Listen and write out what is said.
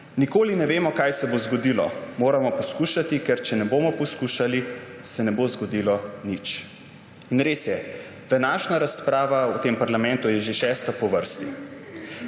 »Nikoli ne vemo, kaj se bo zgodilo. Moramo poskušati, ker če ne bomo poskušali, se ne bo zgodilo nič.« In res je, današnja razprava v tem parlamentu je že šesta po vrsti.